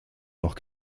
noch